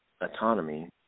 autonomy